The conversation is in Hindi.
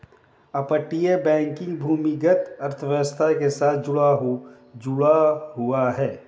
अपतटीय बैंकिंग भूमिगत अर्थव्यवस्था के साथ जुड़ा हुआ है